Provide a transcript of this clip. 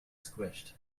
squished